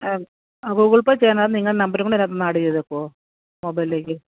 Google Pay ചെയ്യാനായി നിങ്ങളുടെ നമ്പറും കൂടി അതിനകത്ത് ആഡ് ചെയ്തേക്കുമോ മൊബൈലിലേക്ക്